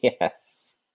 Yes